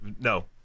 No